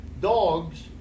dogs